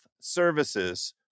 Services